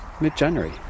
mid-January